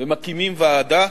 ומקימים ועדה